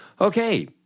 Okay